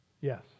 yes